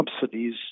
subsidies